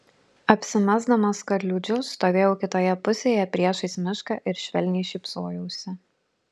apsimesdamas kad liūdžiu stovėjau kitoje pusėje priešais mišką ir švelniai šypsojausi